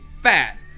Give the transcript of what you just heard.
fat